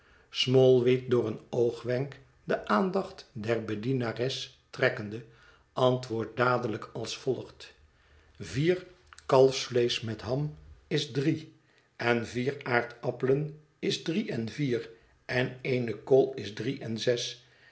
smallweed door een oogwenk de aandacht der bedienares trekkende antwoordt dadelijk als volgt vier kalfsvleesch met ham is drie en vier aardappelen is drie en vier en eene kool is drie en zes